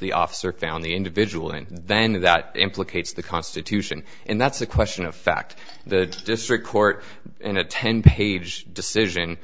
the officer found the individual and then knew that implicates the constitution and that's a question of fact the district court in a ten page decision